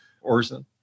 Orson